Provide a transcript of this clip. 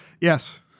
yes